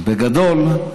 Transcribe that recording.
בגדול,